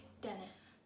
Dennis